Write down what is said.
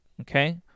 okay